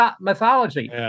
mythology